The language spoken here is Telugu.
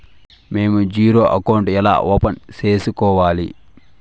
మేము జీరో అకౌంట్ ఎలా ఓపెన్ సేసుకోవాలి